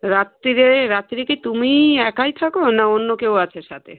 রাত্তিরে রাত্তিরে কি তুমি একাই থাকো না অন্য কেউ আছে সাথে